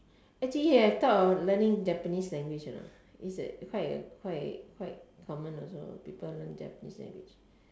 actually I thought of learning Japanese language you know is a quite quite quite common also people learn Japanese language